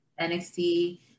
NXT